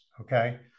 Okay